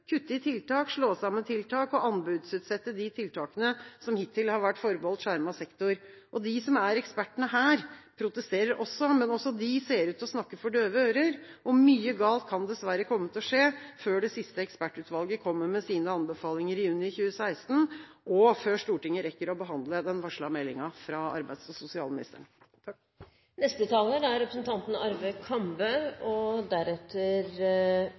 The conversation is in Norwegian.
kutte i tiltak, slå sammen tiltak og anbudsutsette de tiltakene som hittil har vært forbeholdt skjermet sektor. De som er ekspertene her, protesterer også, men også de ser ut til å snakke for døve ører. Mye galt kan dessverre komme til å skje før det siste ekspertutvalget kommer med sine anbefalinger i juni 2016, og før Stortinget rekker å behandle den varslede meldinga fra arbeids- og sosialministeren. Jeg vil rette en stor takk både til interpellanten Erlend Wiborg og